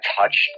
touched